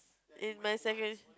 in my secondary